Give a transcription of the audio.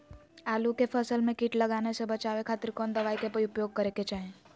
आलू के फसल में कीट लगने से बचावे खातिर कौन दवाई के उपयोग करे के चाही?